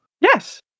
Yes